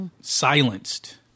silenced